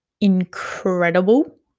incredible